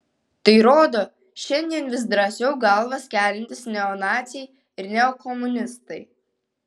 tai rodo šiandien vis drąsiau galvas keliantys neonaciai ir neokomunistai